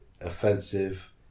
Offensive